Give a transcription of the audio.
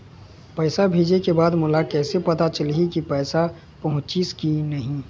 पैसा भेजे के बाद मोला कैसे पता चलही की पैसा पहुंचिस कि नहीं?